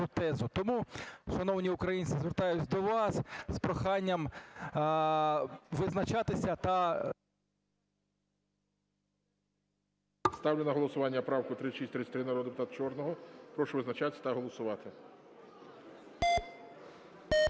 Тому, шановні українці звертаюсь до вас з проханням визначатися та… ГОЛОВУЮЧИЙ. Ставлю на голосування правку 3633 народного депутата Чорного. Прошу визначатися та голосувати.